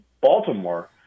Baltimore